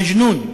מג'נון.